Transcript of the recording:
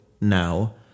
now